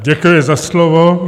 Děkuji za slovo.